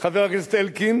חבר הכנסת אלקין,